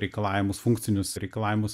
reikalavimus funkcinius reikalavimus